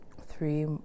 three